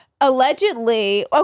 allegedly